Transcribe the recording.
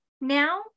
now